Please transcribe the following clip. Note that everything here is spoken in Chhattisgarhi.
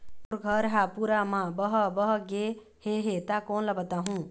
मोर घर हा पूरा मा बह बह गे हे हे ता कोन ला बताहुं?